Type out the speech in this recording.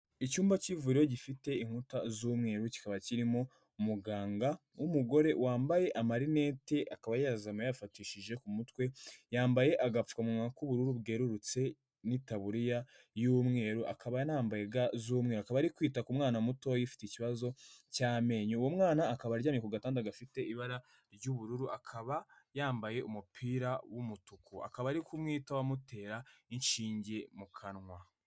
Icyumba cy'ivuriro gifite inkuta z'umweru, kikaba kirimo umuganga w'umugore wambaye amarinete, akaba yayazamuye, yayafatishije ku mutwe, yambaye agapfukanwa k'ubururu bwerurutse n'itaburiya y'umweru, akaba yanambaye ga z'umweru, akaba ari kwita ku mwana mutoya ufite ikibazo cy'amenyo, uwo mwana akaba aryamye ku gatanda gafite ibara ry'ubururu, akaba yambaye umupira w'umutuku, akaba ari kumwitaho amutera inshinge mu kanwa.